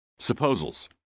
Supposals